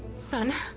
son,